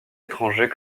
étrangers